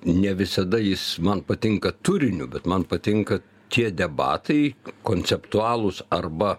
ne visada jis man patinka turiniu bet man patinka tie debatai konceptualūs arba